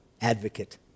advocate